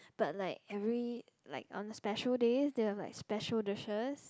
but like every like on the special days they have special dishes